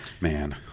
Man